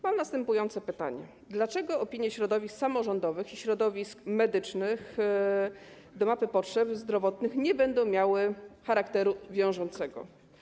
Mam następujące pytanie: Dlaczego opinie środowisk samorządowych i środowisk medycznych na temat mapy potrzeb zdrowotnych nie będą miały charakteru wiążącego?